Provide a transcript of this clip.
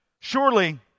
Surely